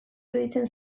iruditzen